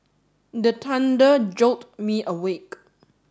the thunder jolt me awake